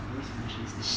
always financially stable